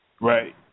Right